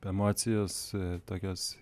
emocijos tokios